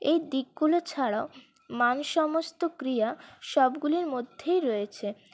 এই দিকগুলো ছাড়াও মান সমস্ত ক্রিয়া সবগুলির মধ্যেই রয়েছে